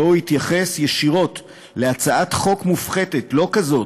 שבו הוא התייחס ישירות להצעת חוק מופחתת, לא כזאת,